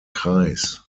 kreis